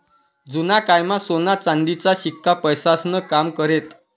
जुना कायमा सोना चांदीचा शिक्का पैसास्नं काम करेत